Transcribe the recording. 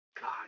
God